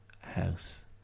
house